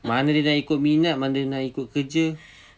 mana dia nak ikut minat mana dia nak ikut kerja